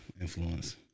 influence